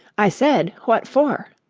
i said what for?